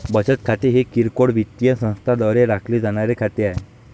बचत खाते हे किरकोळ वित्तीय संस्थांद्वारे राखले जाणारे खाते आहे